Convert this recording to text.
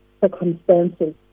circumstances